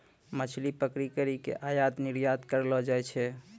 मछली पकड़ी करी के आयात निरयात करलो जाय छै